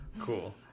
Cool